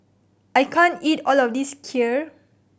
I can't eat all of this Kheer